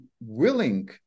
willing